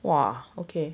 !wah! okay